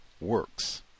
works